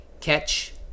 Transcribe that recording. catch